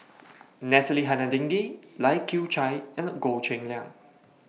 Natalie Hennedige Lai Kew Chai and Goh Cheng Liang